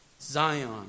Zion